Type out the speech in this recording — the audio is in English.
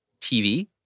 TV